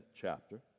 chapter